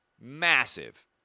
massive